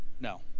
No